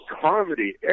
comedy